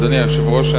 אדוני היושב-ראש,